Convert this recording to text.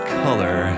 color